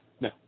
No